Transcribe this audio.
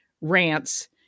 rants